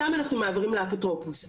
אותם אנחנו מעבירים לאפוטרופוס,